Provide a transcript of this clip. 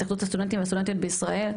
התאחדות הסטודנטים והסטודנטיות בישראל,